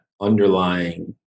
underlying